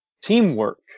teamwork